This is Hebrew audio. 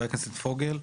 תודה.